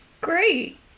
Great